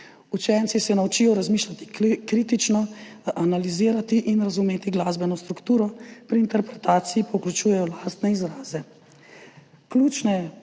Učenci se naučijo razmišljati, kritično analizirati in razumeti glasbeno strukturo, pri interpretaciji pa vključujejo lastne izraze. Ključne